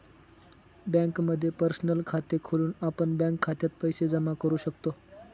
बँकेमध्ये पर्सनल खात खोलून आपण बँक खात्यात पैसे जमा करू शकतो